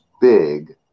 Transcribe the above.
big